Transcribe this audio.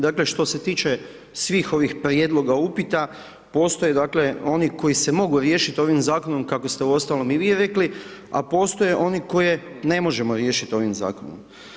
Dakle, što se tiče svih ovih prijedloga i upita, postoje dakle oni koji se mogu riješiti ovim Zakonom, kako ste uostalom i vi rekli, a postoje oni koje ne možemo riješiti ovim Zakonom.